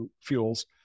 fuels